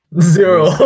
Zero